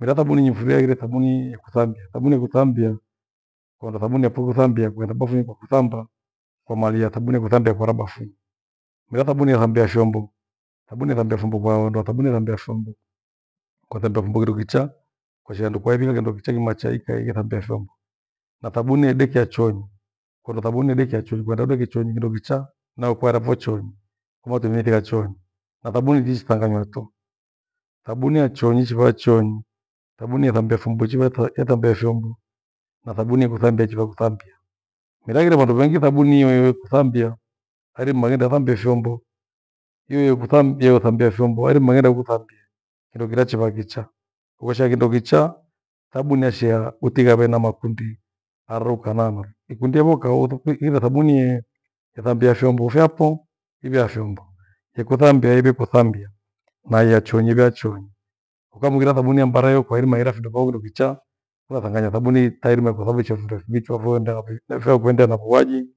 Mira thabuni nifurie haghire thabunii ye kuthambia. Thabuni yekuthambia kuondoa sabuni yapho kusambia kwenda bafuni kwa kuthamba fomalia thabuni thabuni yakuthambia kora bafuni. Mira thabuni yahambia shombo, thabuni vambia vyombo kwaaondoa thabuni nambia shombo kothembe fumburu kicha, koshea ndukukwaivike kindo kichaa kimacha ikae kithambia shombo. Na thabuni edekia chooni, kuondoa thabuni idekia chooni kwenda idekia chooni kindo kicha na ukwara ipho choonyi kwa matumithi ya chooni. Na sabuni tichi tanganywa tu, thabuni ya choonyi chiva choonyi, sabuni ye sambia vyombo chiva ata- yethambia vyombo na sabuni ye kuthambia chiva kuthambia. Mira ighire vandu vengi thabuni ni hiyo ye kuthambia harima ghenda thambia shombo. Hiyo hiyo kuthambia, yo- thambia vyombo wairima ighende kuthambia, kindo kirachi vakicha. Uosha kindo kichaa tabu nesheha utigha vena makundi aru kanana. Ikundie vo kauthu ire thabuni yee ethambia vyombo vyapho ive ya vyombo. Yekusambia iwe kuthambia, na ya choonyi ive ya choonyi. Ukamwingira thabuni mbareyo kwa irima hira findo faulu vichaa ukathanganya thabuni itairima ikuthababisha findo fivichwa viwe ndao, nefea kuendea nakuaji.